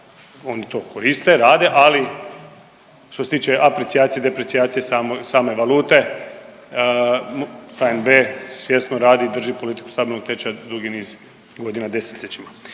oni to koriste, rade, ali što se tiče aprecijacije, deprecijacije same valute HNB svjesno radi i drži politiku stabilnog tečaja dugi niz godina, 10-ljećima.